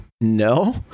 no